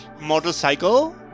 motorcycle